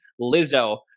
Lizzo